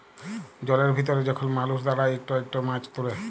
জলের ভিতরে যখল মালুস দাঁড়ায় ইকট ইকট মাছ তুলে